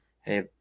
Hey